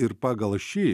ir pagal šį